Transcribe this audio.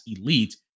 elite